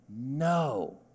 No